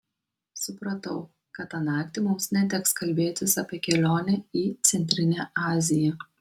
supratau kad tą naktį mums neteks kalbėtis apie kelionę į centrinę aziją